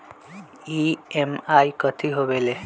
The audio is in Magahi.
ई.एम.आई कथी होवेले?